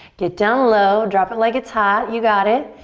get down low, drop it like it's hot, you got it.